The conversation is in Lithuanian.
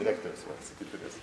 direktorius atsakyt turės